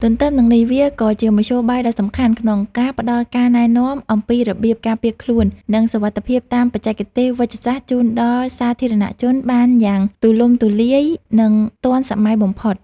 ទន្ទឹមនឹងនេះ វាក៏ជាមធ្យោបាយដ៏សំខាន់ក្នុងការផ្ដល់ការណែនាំអំពីរបៀបការពារខ្លួន និងសុវត្ថិភាពតាមបច្ចេកទេសវេជ្ជសាស្ត្រ ជូនដល់សាធារណជនបានយ៉ាងទូលំទូលាយ និងទាន់សម័យបំផុត។